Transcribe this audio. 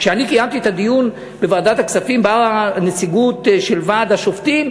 כשאני קיימתי את הדיון בוועדת הכספים באה נציגות של ועד השופטים,